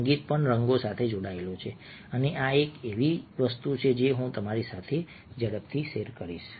સંગીત પણ રંગો સાથે જોડાયેલું છે અને આ એક એવી વસ્તુ છે જે હું તમારી સાથે ઝડપથી શેર કરીશ